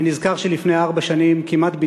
אני נזכר שלפני ארבע שנים כמעט,